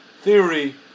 theory